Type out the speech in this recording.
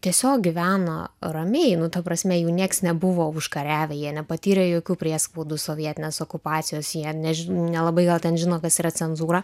tiesiog gyveno ramiau nu ta prasme jų nieks nebuvo užkariavę jie nepatyrė jokių priespaudų sovietinės okupacijos jie než nelabai gal ten žino kas yra cenzūra